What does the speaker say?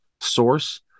source